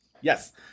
yes